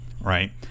right